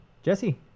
Jesse